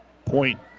Point